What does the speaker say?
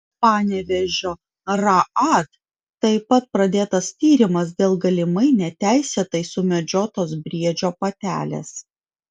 panevėžio raad taip pat pradėtas tyrimas dėl galimai neteisėtai sumedžiotos briedžio patelės